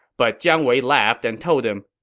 but jiang wei laughed and told him,